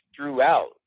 throughout